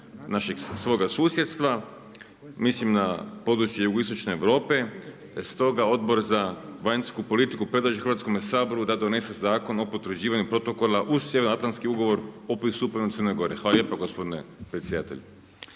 svoga susjedstva, mislim na područje jugoistočne Europe. Stoga Odbor za vanjsku politiku predlaže Hrvatskome saboru da donese Zakon o potvrđivanju protokola uz sjevernoatlantski ugovor o pristupanju Crne Gore. Hvala lijepa gospodine predsjedatelju.